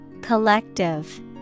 Collective